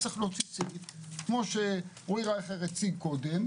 כמו שאורי רייכר הציג קודם,